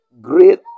great